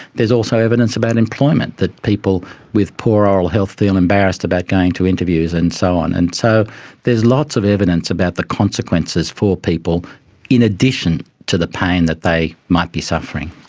also evidence about employment, that people with poor oral health feel embarrassed about going to interviews and so on. and so there's lots of evidence about the consequences for people in addition to the pain that they might be suffering.